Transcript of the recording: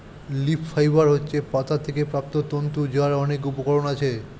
leaf fibre হচ্ছে পাতা থেকে প্রাপ্ত তন্তু যার অনেক উপকরণ আছে